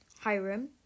Hiram